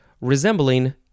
resembling